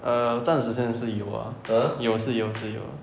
err 暂时现在是有 ah 有是有是有